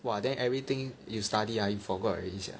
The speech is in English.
!wah! then everything you study ah you forgot already sia